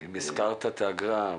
אם הזכרת את האגרה,